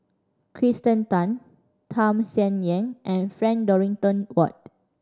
Kirsten Tan Tham Sien Yen and Frank Dorrington Ward